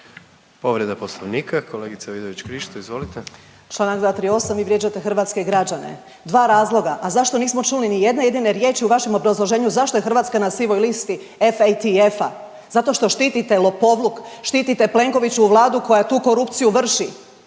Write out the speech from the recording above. Povreda poslovnika, kolegica Vidović Krišto izvolite. **Vidović Krišto, Karolina (OIP)** Čl. 238., vi vrijeđate hrvatske građane, dva razloga, a zašto nismo čuli nijedne jedine riječi u vašem obrazloženju zašto je Hrvatska na sivoj listi FATF-a? Zato što štitite lopovluk, štitite Plenkovićevu Vladu koja tu korupciju vrši,